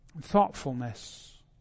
thoughtfulness